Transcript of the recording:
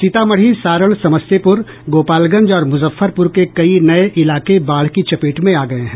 सीतामढ़ी सारण समस्तीपुर गोपालगंज और मुजफ्फरपुर के कई नये इलाके बाढ़ की चपेट में आ गये हैं